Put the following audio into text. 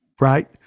Right